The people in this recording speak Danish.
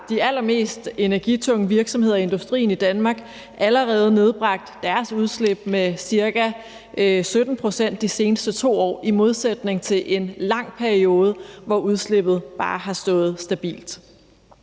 de allermest energitunge virksomheder i industrien i Danmark allerede nedbragt deres udslip med ca. 17 pct. de seneste 2 år i modsætning til en lang periode, hvor udslippet bare har stået stabilt.